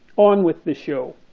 on with the show.